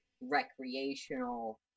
recreational